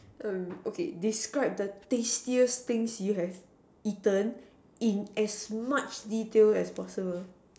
err okay describe the tastiest thing you have eaten in as much detail as possible